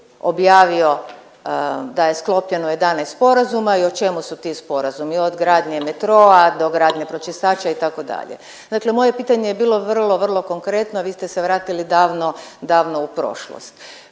da je sklopljeno 11 sporazuma i o čemu su ti sporazumi, od gradnje metroa do gradnje pročistača itd. Dakle, moje pitanje je bilo vrlo, vrlo konkretno, a vi ste se vratili davno, davno u prošlost.